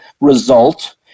result